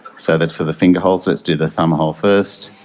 so, that's for the finger holes. let's do the thumb hole first.